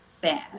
bad